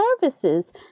services